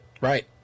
Right